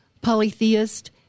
polytheist